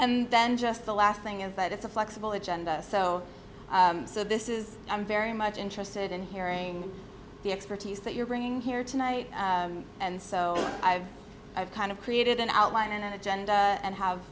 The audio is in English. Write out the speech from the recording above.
and then just the last thing is that it's a flexible agenda so so this is i'm very much interested in hearing the expertise that you're bringing here tonight and so i've kind of created an outline and an agenda and have